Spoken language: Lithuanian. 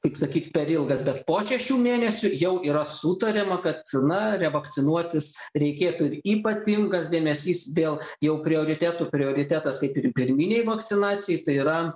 taip sakyt per ilgas bet po šešių mėnesių jau yra sutariama kad na revakcinuotis reikėtų ir ypatingas dėmesys vėl jau prioritetų prioritetas kaip ir pirminei vakcinacijai tai yra